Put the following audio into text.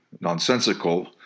nonsensical